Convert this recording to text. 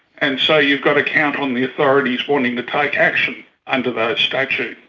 and so you got to count on the authorities wanting to take action under those statutes.